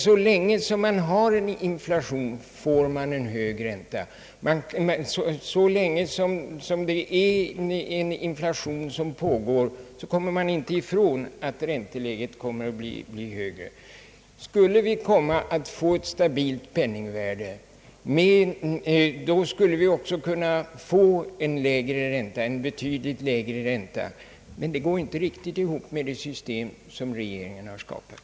Så länge inflationen pågår kan man inte räkna med annat än hög ränta. Skulle vi få ett stabilt penningvärde, så skulle vi också kunna få en betydligt lägre ränta, men det går inte riktigt ihop med det system för bostadslånen som regeringen har skapat.